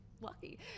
lucky